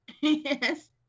yes